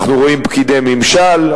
אנחנו רואים פקידי ממשל,